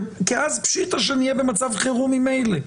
כי אז פשיטא שנהיה במצב חירום ממילא.